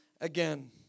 again